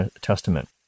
Testament